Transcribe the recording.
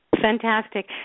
Fantastic